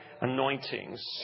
anointings